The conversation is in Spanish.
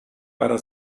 para